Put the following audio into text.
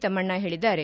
ತಮ್ನಣ್ಣ ಹೇಳಿದ್ದಾರೆ